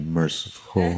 merciful